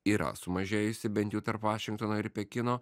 yra sumažėjusi bent jau tarp vašingtono ir pekino